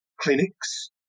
clinics